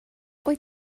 wyt